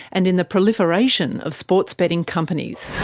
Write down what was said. and in the proliferation of sports betting companies.